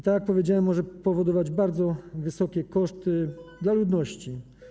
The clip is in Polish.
Tak jak powiedziałem, może powodować to bardzo wysokie koszty dla ludności.